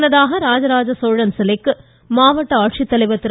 முன்னதாக ராஜராஜ சோழன் சிலைக்கு மாவட்ட ஆட்சித்தலைவர் திரு